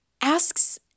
asks